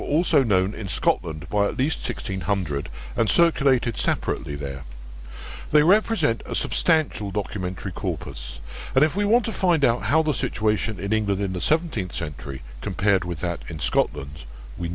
were also known in scotland by at least sixteen hundred and circulated separately there they represent a substantial documentary corpus and if we want to find out how the situation in england in the seventeenth century compared with that in scotland we